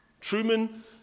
Truman